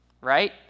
right